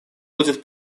будет